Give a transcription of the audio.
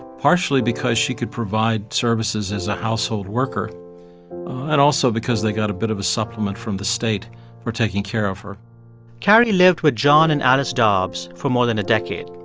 partially because she could provide services as a household worker and also because they got a bit of a supplement from the state for taking care of her carrie lived with john and alice dobbs for more than a decade.